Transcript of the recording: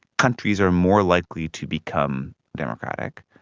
countries are more likely to become democratic.